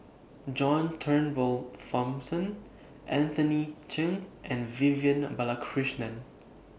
John Turnbull Thomson Anthony Chen and Vivian Balakrishnan